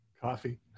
coffee